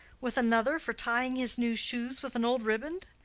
with another for tying his new shoes with an old riband?